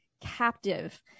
captive